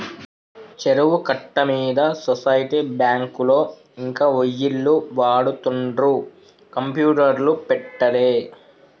చెరువు కట్ట మీద సొసైటీ బ్యాంకులో ఇంకా ఒయ్యిలు వాడుతుండ్రు కంప్యూటర్లు పెట్టలే